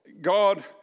God